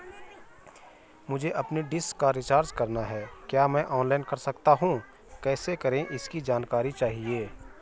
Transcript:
मुझे अपनी डिश का रिचार्ज करना है क्या मैं ऑनलाइन कर सकता हूँ कैसे करें इसकी जानकारी चाहिए?